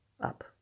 up